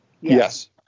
Yes